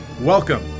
Welcome